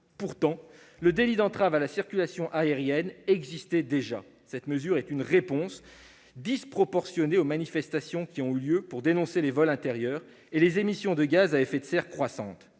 Pourtant, le délit d'entrave à la circulation aérienne existe déjà. Cette mesure est une réponse disproportionnée aux manifestations qui ont eu lieu pour dénoncer les vols intérieurs et la hausse des émissions de gaz à effet de serre. C'est